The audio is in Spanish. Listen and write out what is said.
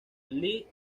lee